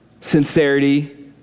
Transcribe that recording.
sincerity